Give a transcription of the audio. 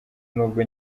n’ubwo